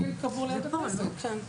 האחיזה שלנו